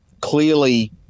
clearly